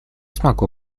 смогу